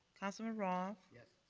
councilman roth. yes.